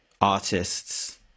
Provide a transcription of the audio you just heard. artists